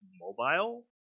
mobile